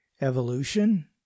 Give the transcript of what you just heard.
Evolution